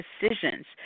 decisions